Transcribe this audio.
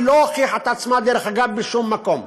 היא לא הוכיחה את עצמה, דרך אגב, בשום מקום.